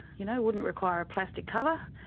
you know, wouldn't require a plastic cover,